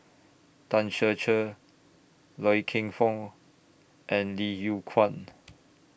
Tan Ser Cher Loy Keng Foo and Li Yew Kuan